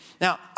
Now